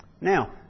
Now